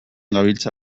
gabiltza